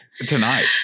tonight